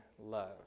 love